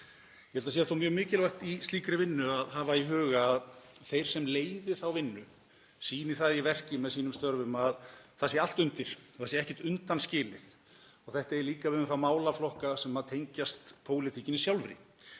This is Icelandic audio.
Ég held að það sé mjög mikilvægt í slíkri vinnu að hafa í huga að þeir sem leiði þá vinnu sýni það í verki með sínum störfum að það sé allt undir og það sé ekkert undanskilið, að þetta eigi líka við um þá málaflokka sem tengjast pólitíkinni sjálfri.